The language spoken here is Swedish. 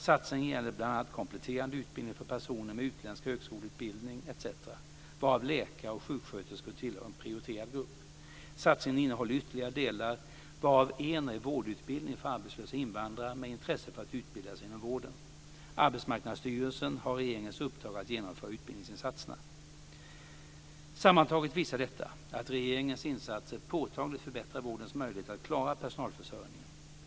Satsningen gäller bl.a. kompletterande utbildning för personer med utländsk högskoleutbildning etc., varav läkare och sjuksköterskor tillhör en prioriterad grupp. Satsningen innehåller ytterligare delar varav en är vårdutbildning för arbetslösa invandrare med intresse för att utbilda sig inom vården. Arbetsmarknadsstyrelsen har regeringens uppdrag att genomföra utbildningssatsningarna. Sammantaget visar detta att regeringens insatser påtagligt förbättrar vårdens möjligheter att klara personalförsörjningen.